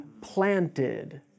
planted